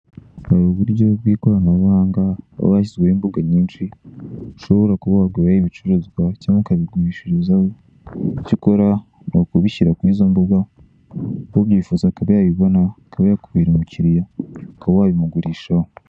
Ni uburyo bw'ikoranabuhanga, aho hashyizweho imbuga nyinshi ushobora kuba waguriraho ibicuruzwa cyangwa ukabigurishirizaho, icyo ukora nukubishyira kuri izo mbuga; ubyifuza akaba yabibona akaba yakubera umukiriya ukaba wabimugurishaho.